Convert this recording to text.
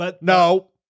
no